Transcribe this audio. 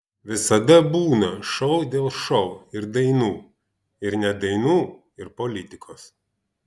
visada būna šou dėl šou ir dainų ir ne dainų ir politikos